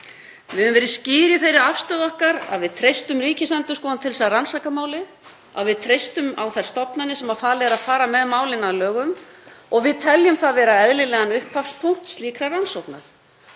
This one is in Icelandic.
Við höfum verið skýr í þeirri afstöðu okkar að við treystum Ríkisendurskoðun til að rannsaka málin, að við treystum á þær stofnanir sem falið er að fara með málin að lögum og við teljum það vera eðlilegan upphafspunkt slíkrar rannsóknar.